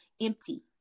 empty